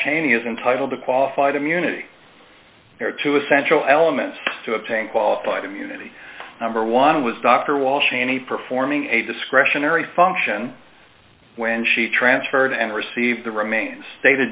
cheney is entitled to qualified immunity two essential elements to obtain qualified immunity number one was dr walsh any performing a discretionary function when she transferred and received the remains